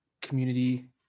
community